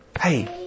hey